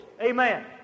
Amen